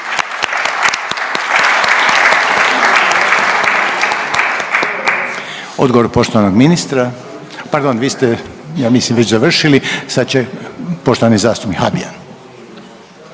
Odgovor poštovanog ministra, pardon ja mislim već završili. Sad će poštovani zastupnik Habijan.